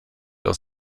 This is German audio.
aus